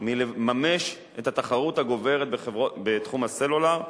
מלממש את התחרות הגוברת בתחום הסלולר.